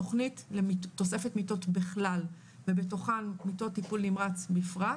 תוכנית תוספת מיטות בכלל ובתוכן מיטות טיפול נמרץ בפרט,